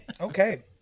Okay